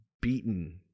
beaten